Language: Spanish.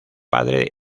padre